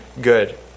good